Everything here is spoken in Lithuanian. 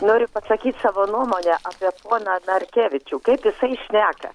noriu pasakyti savo nuomonę apie poną narkevičių kaip jisai šneka